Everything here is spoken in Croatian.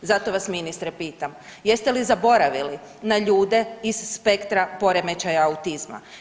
Zato vas, ministre, pitam, jeste li zaboravili na ljude iz spektra poremećaja autizma?